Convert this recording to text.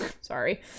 sorry